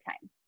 time